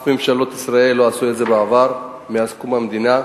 ממשלות ישראל לא עשו את זה בעבר, מאז קום המדינה,